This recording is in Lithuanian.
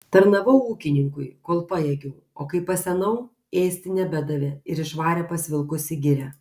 tarnavau ūkininkui kol pajėgiau o kai pasenau ėsti nebedavė ir išvarė pas vilkus į girią